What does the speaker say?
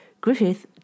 Griffith